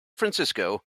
francisco